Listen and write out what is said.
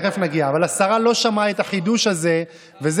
מה, היא